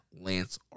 Lance